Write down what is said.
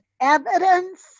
evidence